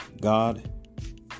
God